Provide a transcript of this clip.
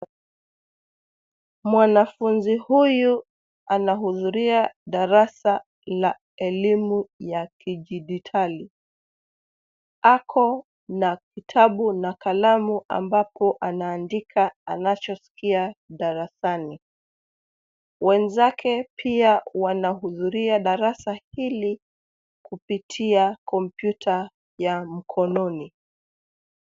Mwanafunzi huyu anahudhuria darasa la elimu ya kidijitali, ako na kitabu na kalamu ambapo ana andika anacho skia darasani. Wenzake pia wanahudhuria darasa hili kupitia kompyuta ya mkononi.